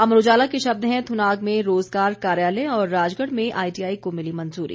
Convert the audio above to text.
अमर उजाला के शब्द है थ्नाग में रोजगार कार्यालय और राजगढ़ में आईटीआई को मिली मंजूरी